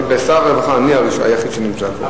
שר הרווחה, אני היחיד שנמצא פה.